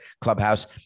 clubhouse